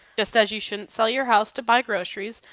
just as you shouldn't sell your house to buy groceries,